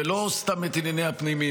ולא סתם את ענייניה הפנימיים,